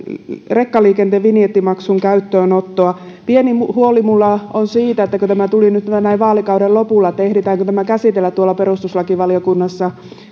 rekkaliikenteen vinjettimaksun käyttöönottoa pieni huoli minulla on siitä että kun tämä tuli nyt näin vaalikauden lopulla niin ehditäänkö tämä käsitellä tuolla perustuslakivaliokunnassa